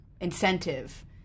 incentive